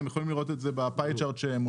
אתם יכולים לראות את זה בטבלת הפאי שמולכם.